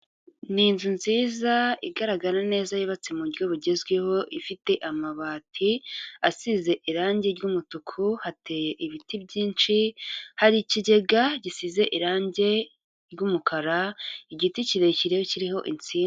Ni inzu nziza igaragara neza yubatse mu buryo bugezweho, ifite amabati asize irange ry'umutuku, hateye ibiti byinshi, hari ikigega gisize irange ry'umukara, igiti kirekire kiriho insinga.